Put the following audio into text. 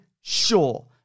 sure